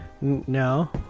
No